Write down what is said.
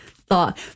thought